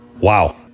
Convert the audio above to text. Wow